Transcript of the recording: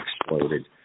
exploded